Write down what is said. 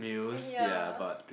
ya